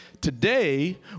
Today